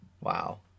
Wow